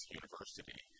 university